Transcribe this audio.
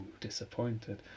disappointed